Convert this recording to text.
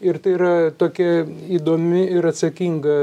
ir tai yra tokia įdomi ir atsakinga